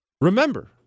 Remember